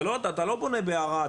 אתה לא בונה בערד,